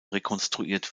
rekonstruiert